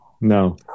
No